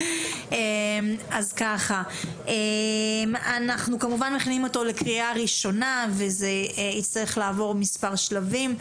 אנחנו כמובן מכינים אותו לקריאה ראשונה וזה יצטרך לעבור מספר שלבים,